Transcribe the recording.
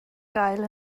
gael